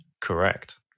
Correct